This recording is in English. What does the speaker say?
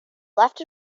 left